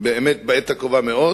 באמת בעת הקרובה מאוד.